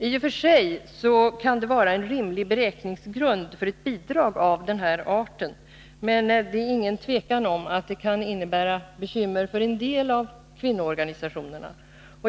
I och för sig kan det vara en rimlig beräkningsgrund för ett bidrag av den här arten, men det är ingen tvekan om att det kan innebära bekymmer för en del av kvinnoorganisationerna.